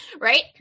Right